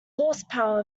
horsepower